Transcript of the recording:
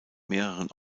mehreren